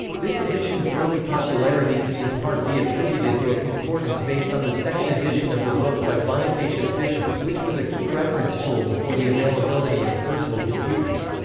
this edition's early popularity can in part be attributed to a concordance based on the second edition of the book by bonifatius fischer, which was a key reference tool before the availability of personal computers.